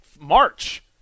March